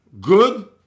good